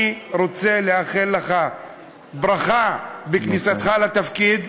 אני רוצה לאחל לך ברכה בכניסתך לתפקיד.